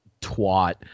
twat